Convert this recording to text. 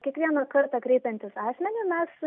kiekvieną kartą kreipiantis asmeniui mes